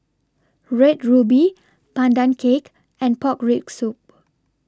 Red Ruby Pandan Cake and Pork Rib Soup